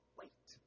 wait